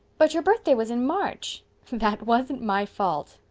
but your birthday was in march! that wasn't my fault,